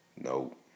Nope